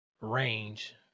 range